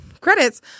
credits